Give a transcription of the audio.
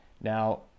Now